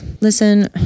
listen